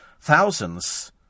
Thousands